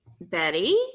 betty